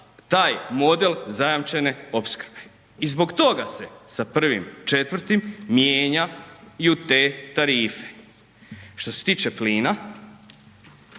taj model zajamčene opskrbe i zbog toga se sa 1.4. mijenjaju te tarife. Što se tiče plina,